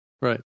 Right